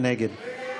מי נגד?